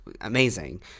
amazing